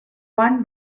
one